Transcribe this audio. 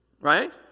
Right